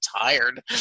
tired